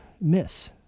miss